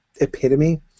epitome